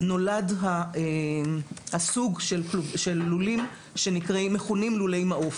נולד הסוג של לולים שמכונים לולי מעוף.